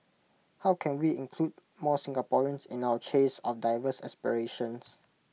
how can we include more Singaporeans in our chase of diverse aspirations